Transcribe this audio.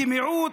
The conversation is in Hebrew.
כמיעוט,